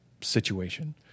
situation